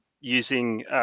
using